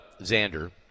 Xander